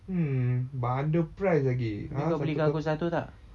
mm bundle price lagi ah satu kau